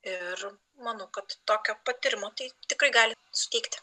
ir manau kad tokio patyrimo tai tikrai gali suteikti